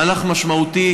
מהלך משמעותי,